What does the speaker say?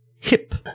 hip